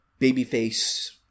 babyface